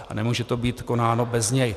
A nemůže to být konáno bez něj.